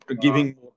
giving